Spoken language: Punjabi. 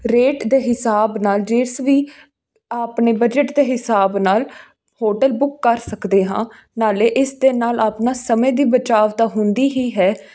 ਰੇਟ ਦੇ ਹਿਸਾਬ ਨਾਲ ਜਿਸ ਵੀ ਆਪਣੇ ਬਜਟ ਦੇ ਹਿਸਾਬ ਨਾਲ ਹੋਟਲ ਬੁੱਕ ਕਰ ਸਕਦੇ ਹਾਂ ਨਾਲੇ ਇਸ ਦੇ ਨਾਲ ਆਪਣਾ ਸਮੇਂ ਦੀ ਬਚਾਅ ਤਾਂ ਹੁੰਦੀ ਹੀ ਹੈ